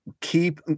keep